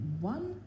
one